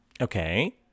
Okay